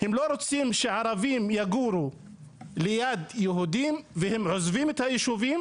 הם לא רוצים שערבים יגורו ליד יהודים והם עוזבים את היישובים,